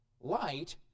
Light